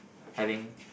having